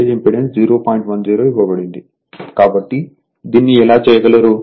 10 ఇవ్వబడింది కాబట్టి దీన్ని ఎలా చేయగలరు